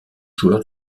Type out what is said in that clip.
joueur